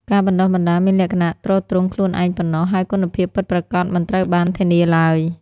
ការបណ្ដុះបណ្ដាលមានលក្ខណៈទ្រទ្រង់ខ្លួនឯងប៉ុណ្ណោះ ហើយគុណភាពពិតប្រាកដមិនត្រូវបានធានាឡើយ។